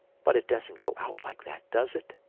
but it doesn't go out like that, does it?